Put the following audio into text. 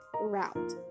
route